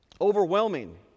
overwhelming